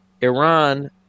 Iran